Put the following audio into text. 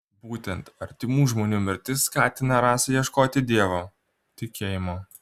būtent artimų žmonių mirtis skatina rasą ieškoti dievo tikėjimo